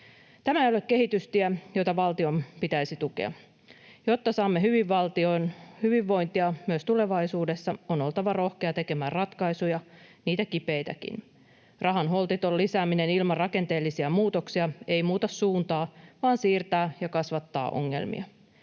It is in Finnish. Tämä ei ole kehitystie, jota valtion pitäisi tukea. Jotta saamme hyvinvointia myös tulevaisuudessa, on oltava rohkea tekemään ratkaisuja, niitä kipeitäkin. Rahan holtiton lisääminen ilman rakenteellisia muutoksia ei muuta suuntaa vaan siirtää ja kasvattaa ongelmia.